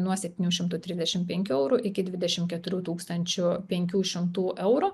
nuo septynių šimtų trisdešim penkių eurų iki dvidešim keturių tūkstančių penkių šimtų eurų